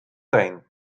teen